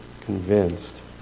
convinced